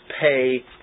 pay